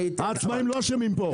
העצמאים לא אשמים פה.